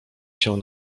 się